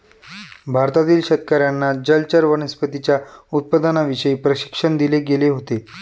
भारतातील शेतकर्यांना जलचर वनस्पतींच्या उत्पादनाविषयी प्रशिक्षण दिले गेले होते